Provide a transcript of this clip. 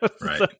Right